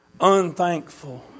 unthankful